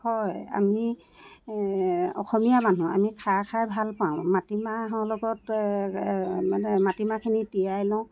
হয় আমি অসমীয়া মানুহ আমি খাৰ খাই ভাল পাওঁ মাটি মাহৰ লগত মানে মাটি মাহখিনি তিয়াই লওঁ